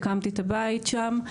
הקמתי את הבית שם.